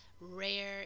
rare